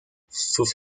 sus